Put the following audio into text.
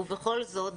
ובכל זאת,